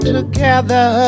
together